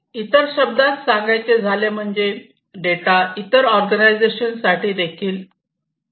इतर शब्दात सांगायचे झाले म्हणजे डेटा इतर ऑर्गनायझेशन साठी देखील असेल असू शकतो